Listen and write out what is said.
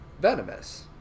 venomous